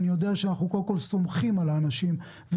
אני יודע שאנחנו קודם כל סמוכים על האנשים ואנחנו